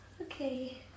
Okay